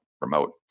Remote